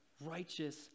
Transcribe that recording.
righteous